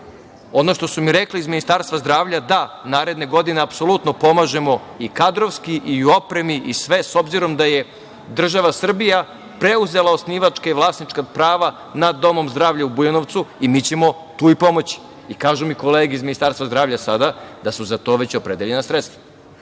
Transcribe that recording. što su mi rekli iz Ministarstva zdravlja da naredne godine apsolutno pomažemo i kadrovski i u opremi i sve, s obzirom da je država Srbija preuzela osnivačke i vlasnička prava nad domom zdravlja u Bujanovcu, i mi ćemo i tu pomoći. Kažu mi kolege iz Ministarstva zdravlja sada da su za to već opredeljena sredstva. Ali,